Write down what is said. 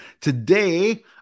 Today